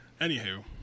Anywho